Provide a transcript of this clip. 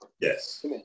Yes